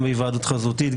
גם בהיוועדות חזותית,